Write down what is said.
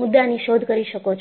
મુદ્દાની શોધ કરી શકો છો